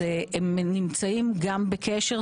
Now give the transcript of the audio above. הם נמצאים גם בקשר,